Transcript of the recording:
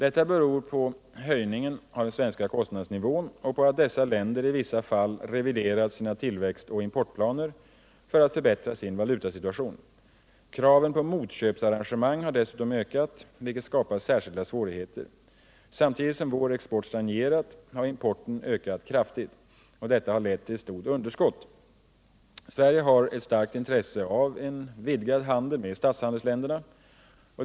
Detta beror på höjningen av den svenska kostnadsnivån och på att dessa länder i vissa fall reviderat sina tillväxtoch importplaner för att förbättra sin valutasituation. Kraven på motköpsarrangemang har dessutom ökat, vilket skapar särskilda svårigheter. Samtidigt som vår export stagnerat har importen ökat kraftigt. Detta har lett till ett stort underskott. Sverige har ett starkt intresse av en vidgad handel med statshandelsländerna.